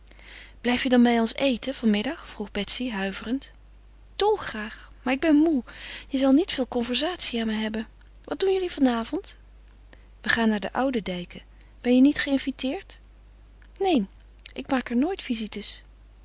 blijf je dan bij ons eten van middag vroeg betsy huiverend dolgraag maar ik ben moê je zal niet veel conversatie aan me hebben wat doen jullie van avond we gaan naar de oudendijken ben je niet geïnviteerd neen ik maak er nooit visites